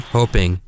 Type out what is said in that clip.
hoping